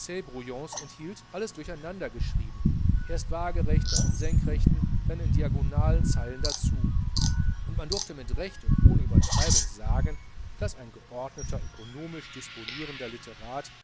enthielt alles durcheinander geschrieben erst wagerecht dann in senkrechten dann in diagonalen zeilen dazu und man durfte mit recht und ohne übertreibung sagen daß ein geordneter ökonomisch disponierender litterat